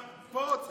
גם פה צריך,